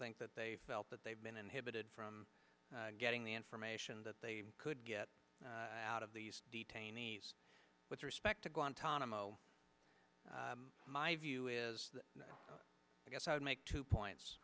think that they felt that they've been inhibited from getting the information that they could get out of these detainees with respect to guantanamo my view is i guess i would make two points